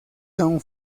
son